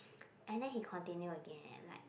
and then he continue again and like